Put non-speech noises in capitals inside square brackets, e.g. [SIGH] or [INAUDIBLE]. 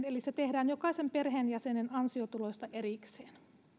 [UNINTELLIGIBLE] eli se tehdään jokaisen perheenjäsenen ansiotuloista erikseen